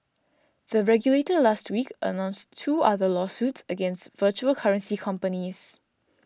the regulator last week announced two other lawsuits against virtual currency companies